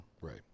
Right